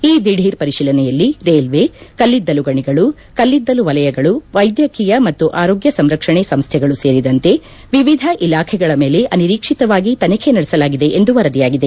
ಈ ದಿಢೀರ್ ಪರಿಶೀಲನೆಯಲ್ಲಿ ರೈಲ್ವೇ ಕಲ್ಲಿದ್ದಲು ಗಣಿಗಳು ಕಲ್ಲಿದ್ದಲು ವಲಯಗಳು ವೈದ್ಯಕೀಯ ಮತ್ತು ಆರೋಗ್ಯ ಸಂರಕ್ಷಣೆ ಸಂಸ್ಥೆಗಳು ಸೇರಿದಂತೆ ವಿವಿಧ ಇಲಾಖೆಗಳ ಮೇಲೆ ಅನಿರೀಕ್ಷಿತವಾಗಿ ತನಿಖೆ ನಡೆಸಲಾಗಿದೆ ಎಂದು ವರದಿಯಾಗಿದೆ